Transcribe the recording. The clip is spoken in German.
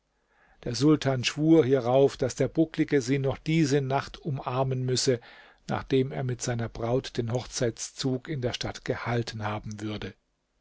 der sultan schwur hierauf daß der bucklige sie noch diese nacht umarmen müsse nachdem er mit seiner braut den hochzeitszug in der stadt gehalten haben würde